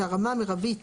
שהרמה המרבית